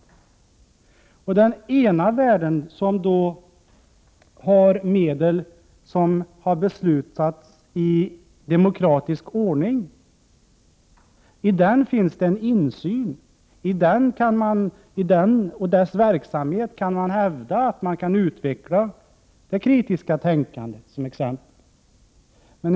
I den ena världen — som har resurser om vilka det beslutats i demokratisk ordning -— finns det en insyn i verksamheten som bidrar till att man kan hävda att det kritiska tänkandet kan utvecklas.